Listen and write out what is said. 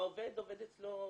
העובד עובד אצלו,